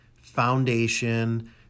foundation